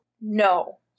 No